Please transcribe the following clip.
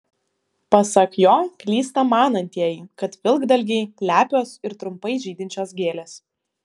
pasak jo klysta manantieji kad vilkdalgiai lepios ir trumpai žydinčios gėlės